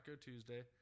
Tuesday